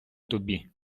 тобі